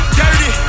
dirty